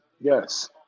Yes